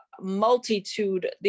multitude